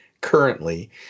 currently